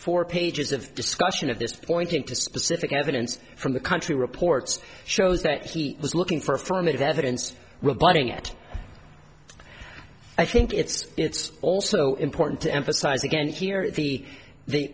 four pages of discussion of this pointing to specific evidence from the country reports shows that he was looking for affirmative evidence rebutting it i think it's it's also important to emphasize again here the the